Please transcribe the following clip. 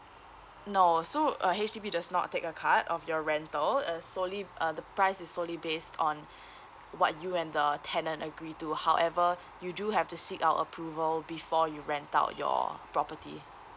no so uh H_D_B just not take a cut of your rental uh solely uh the price is solely based on what you and the tenant agree to however you do have to seek out approval before you rent out your property